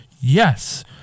Yes